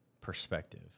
perspective